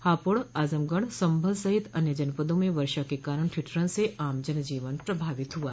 हापुड़ आज़मगढ़ सम्भल सहित अन्य जनपदों में वर्षा के कारण ठिठुरन से आम जन जीवन प्रभावित हुआ